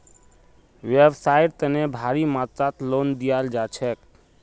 व्यवसाइर तने भारी मात्रात लोन दियाल जा छेक